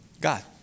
God